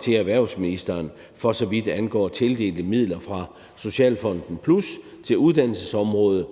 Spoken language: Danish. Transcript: til erhvervsministeren, for så vidt angår tildelte midler fra Socialfonden Plus til uddannelsesområdet,